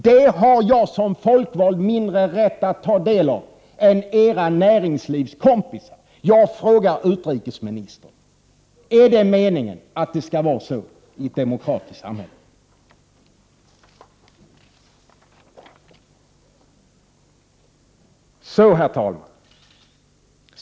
Det har jag som folkvald mindre rätt att ta del av än era kamrater i näringslivet! Jag vill fråga utrikesministern: Är det meningen att det skall vara så i ett demokratiskt samhälle? Herr talman!